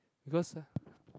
because